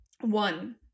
One